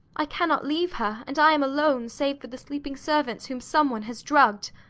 i cannot leave her, and i am alone, save for the sleeping servants, whom some one has drugged.